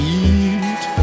eat